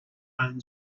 own